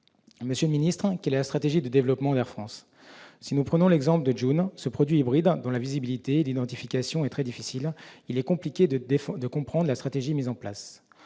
Monsieur le secrétaire d'État, quelle est la stratégie de développement d'Air France ? Si nous prenons l'exemple de Joon, produit hybride dont la visibilité et l'identification sont très difficiles, il est compliqué de comprendre la stratégie mise en place.